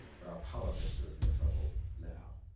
but our politics are in more trouble now.